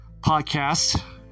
podcast